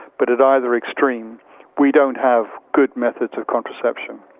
but at either extreme we don't have good methods of contraception.